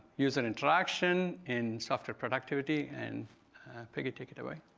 user interaction in software productivity, and peggy, take it away.